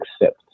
accept